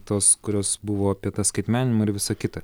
tos kurios buvo apie tą skaitmeninimą ir visa kita